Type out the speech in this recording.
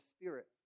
spirit